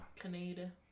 Canada